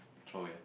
throw away